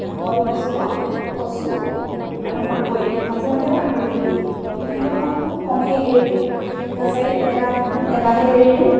এ কলপচলা কচু আৰু মাকৈ মাজে মাজে মাকৈটো দিওঁ সিহঁতক মই খুব কমেই এৰি দিওঁ ফিচাৰীত এবাৰ দিনটোত এবাৰহে এৰি দিওঁ